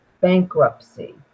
bankruptcy